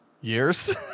years